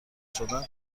شدن